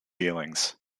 feelings